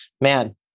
man